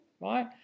right